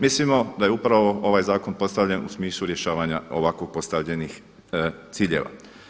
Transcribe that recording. Mislim da je upravo ovaj zakon postavljen u smislu rješavanja ovako postavljenih ciljeva.